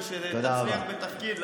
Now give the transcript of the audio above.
ושתצליח בתפקיד,